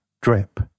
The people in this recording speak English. drip